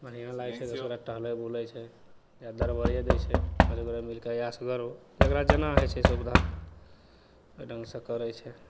बढ़िआँ लागै छै दस गोरा टहलै बुलै छै या दरबरे दै छै पाँच गोरे मिलिके या असगरो जकरा जेना होइ छै सुविधा ओहि ढङ्गसे करै छै